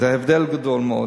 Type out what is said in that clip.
זה הבדל גדול מאוד.